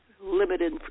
limited